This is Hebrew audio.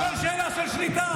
הכול שאלה של שליטה.